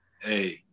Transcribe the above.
hey